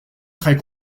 très